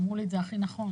אמרו לי את זה הכי נכון.